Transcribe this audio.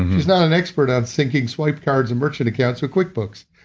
she's not an expert on thinking swipe cards and merchant accounts or quickbooks,